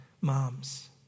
moms